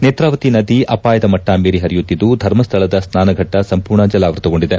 ನೇತ್ರಾವತಿ ನದಿ ಅಪಾಯದ ಮಟ್ಟ ಮೀರಿ ಪರಿಯುತ್ತಿದ್ದು ಧರ್ಮಸ್ಥಳದ ಸ್ನಾನಘಟ್ಟ ಸಂಪೂರ್ಣ ಜಲಾವ್ಯತಗೊಂಡಿದೆ